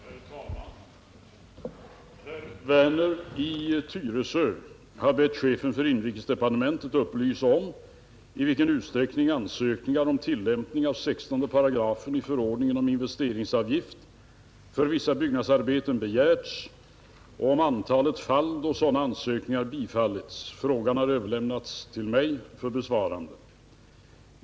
Herr talman! Herr Werner i Tyresö har bett chefen för inrikesdepartementet upplysa om i vilken utsträckning ansökningar om tillämpning av 16 § i förordningen om investeringsavgift för vissa byggnadsarbeten begärts och om antalet fall då sådana ansökningar bifallits. Frågan har överlämnats till mig för besvarande.